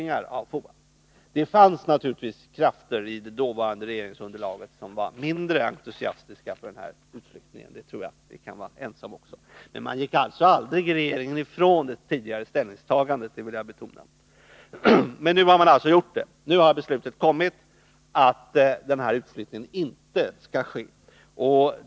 Jag tror att vi kan vara ense om att det naturligtvis fanns krafter i det dåvarande regeringsunderlaget som var mindre entusiastiska för den här utflyttningen, men jag vill betona att regeringen aldrig gick ifrån det tidigare ställningstagandet. Men nu har man gjort det. Nu har beslutet kommit om att utflyttningen inte skall ske.